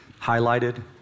highlighted